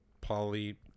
poly